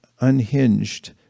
unhinged